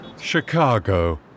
Chicago